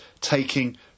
taking